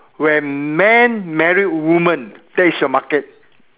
when man married woman that is your market